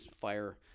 fire